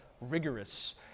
rigorous